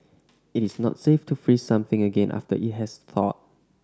it is not safe to freeze something again after it has thawed